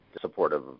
supportive